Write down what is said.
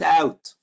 out